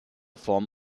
form